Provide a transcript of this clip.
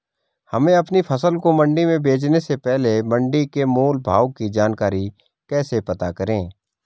हमें अपनी फसल को मंडी में बेचने से पहले मंडी के मोल भाव की जानकारी कैसे पता करें?